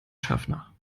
schaffner